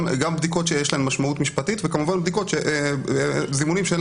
גם בדיקות שיש להן משמעות משפטית וכמובן זימונים שאין